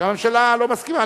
שהממשלה לא מסכימה.